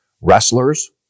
wrestlers